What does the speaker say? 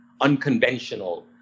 unconventional